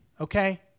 okay